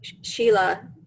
Sheila